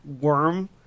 worm